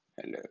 hello